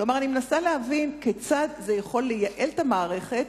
אני מנסה להבין כיצד זה יכול לייעל את המערכת.